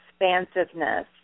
expansiveness